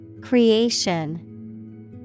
Creation